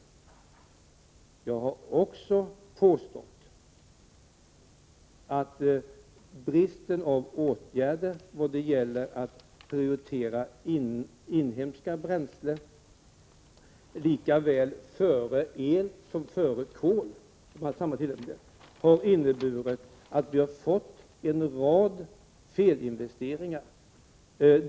Vidare har jag påstått att bristen på åtgärder i vad gäller prioritering av inhemska bränslen, lika väl framför el som framför kol, har inneburit att vi har fått en rad felinvesteringar.